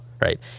right